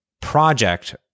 project